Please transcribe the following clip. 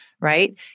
right